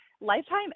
Lifetime